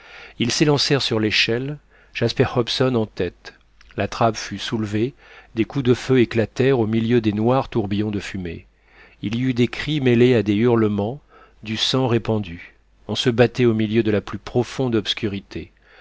ils s'élancèrent sur l'échelle jasper hobson en tête la trappe fut soulevée des coups de feu éclatèrent au milieu des noirs tourbillons de fumée il y eut des cris mêlés à des hurlements du sang répandu on se battait au milieu de la plus profonde obscurité